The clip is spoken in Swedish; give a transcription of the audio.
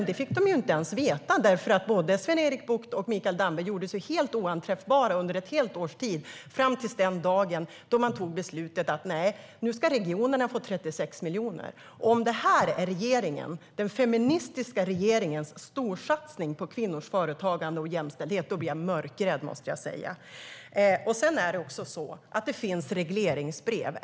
Det fick de inte ens veta, för både Sven-Erik Bucht och Mikael Damberg gjorde sig oanträffbara under ett helt år, fram till den dag de tog beslutet att regionerna skulle få de 36 miljonerna. Om detta är den feministiska regeringens storsatsning på kvinnors företagande och jämställdhet blir jag mörkrädd. Det finns regleringsbrev.